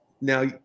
Now